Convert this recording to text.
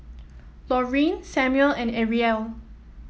Laurene Samuel and Arielle